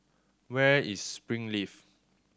where is Springleaf